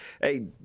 Hey